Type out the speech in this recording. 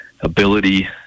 ability